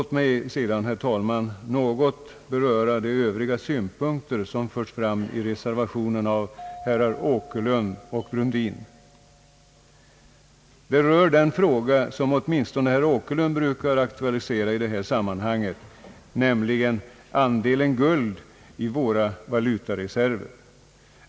Jag vill sedan, herr talman, något beröra de övriga synpunkter som förts fram i reservationen av herrar Åkerlund och Brundin, alltså den fråga som åtminstone herr Åkerlund brukar ta upp i detta sammanhang: andelen av guld i våra valutareserver.